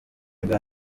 bwa